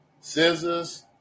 Scissors